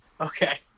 Okay